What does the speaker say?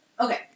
Okay